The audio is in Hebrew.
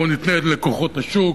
בואו ניתן לכוחות השוק.